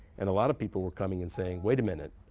and a lot of people were coming and saying, wait a minute.